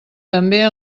també